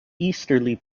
easterly